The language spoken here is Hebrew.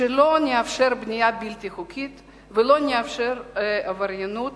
שלא נאפשר בנייה בלתי חוקית ולא נאפשר עבריינות